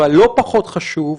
אבל לא פחות חשוב,